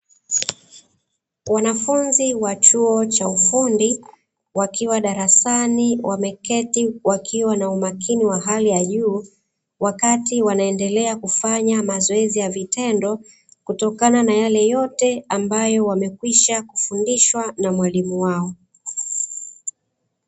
Wanafunzi wa chuo cha ufundi, wakiwa darasani wameketi wakiwa na umakini wa hali ya juu. Wakati wanaendelea kufanya mazoezi ya vitendo, kutokana na yale yote ambayo wamekwisha kufundishwa na mwalimu wao.